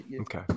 okay